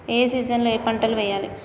ఏ season లో ఏం పంటలు వెయ్యాలి?